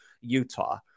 Utah